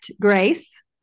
Grace